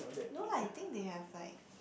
no lah I think they have like